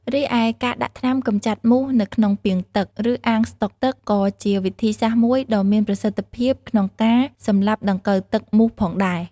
រីឯការដាក់ថ្នាំកម្ចាត់មូសទៅក្នុងពាងទឹក ឬអាងស្តុកទឹក ក៏ជាវិធីសាស្រ្តមួយដ៏មានប្រសិទ្ធភាពក្នុងការសម្លាប់ដង្កូវទឹកមូសផងដែរ។